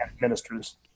ministers